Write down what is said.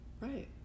Right